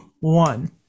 One